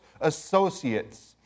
associates